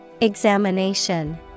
Examination